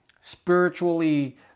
spiritually